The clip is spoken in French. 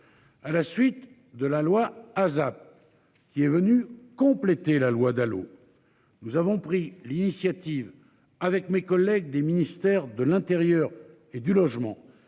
À la suite de la loi ASAP. Qui est venue compléter la loi Dalo. Nous avons pris l'initiative avec mes collègues des ministères de l'Intérieur et du logement